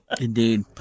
indeed